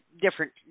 different